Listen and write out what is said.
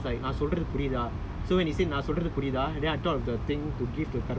and then I was like மன்னிச்சிடுங்கே:mannichidungae and all and then ஆஞ்சநேயர் நான் சொல்றது புரிதா:anjaneyar naan solrathu puritha